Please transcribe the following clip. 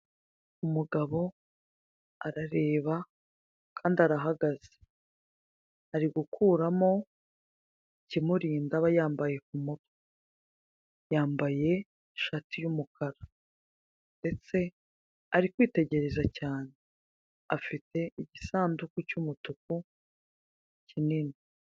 Umugabo arareba kandi arahagaze, ari gukuramo ikimurinda aba yambaye k'umutwe, yamabaye ishati y'umukara ndetse ari kwitegereza cyane, afite igisanduku cy'umutuku kinini.